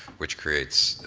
which creates,